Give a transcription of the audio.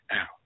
out